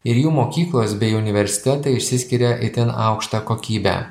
ir jų mokyklos bei universitetai išsiskiria itin aukšta kokybe